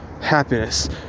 happiness